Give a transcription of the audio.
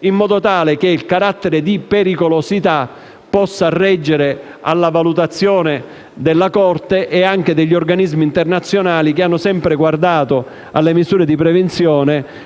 in modo che il carattere di pericolosità possa reggere alla valutazione della Corte e degli organismi internazionali che hanno sempre guardato alle misure di prevenzione